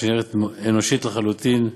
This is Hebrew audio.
שהיא נראית אנושית לחלוטין.